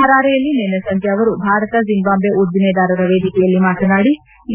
ಹರಾರೆಯಲ್ಲಿ ನಿನ್ನೆ ಸಂಜೆ ಅವರು ಭಾರತ ಜಿಂಬಾಬ್ಡೆ ಉದ್ದಿಮೆದಾರರ ವೇದಿಕೆಯಲ್ಲಿ ಮಾತನಾಡಿ